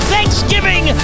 Thanksgiving